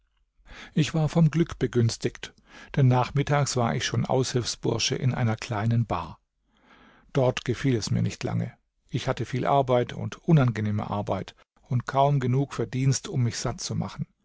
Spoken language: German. ich war vom glück begünstigt denn nachmittags war ich schon aushilfsbursche in einer kleinen bar dort gefiel es mir nicht lange ich hatte viel arbeit und unangenehme arbeit und kaum genug verdienst um mich satt zu machen